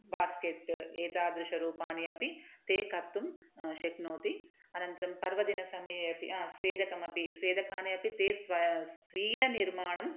basket एतादृशरूपाणि अपि ते कर्तुं शक्नोति अनन्तरं पर्वदिनसमये अपि स्वेदकमपि स्वेदकानि अपि ते स्व् स्वीयनिर्माणं